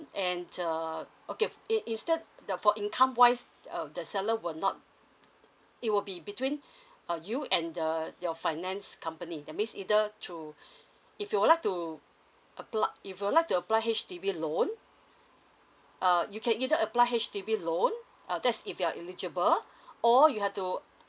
and err okay in instead the the for income wise uh the seller will not it will be between uh you and the your finance company that means either through if you would like to apply if you would like to apply H_D_B loan err you can either apply H_D_B loan uh that's if you are illegible or] you have to